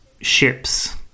ships